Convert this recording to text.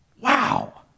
Wow